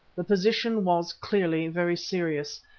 the position was clearly very serious,